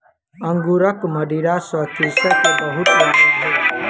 अंगूरक मदिरा सॅ कृषक के बहुत लाभ भेल